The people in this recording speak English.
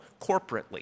corporately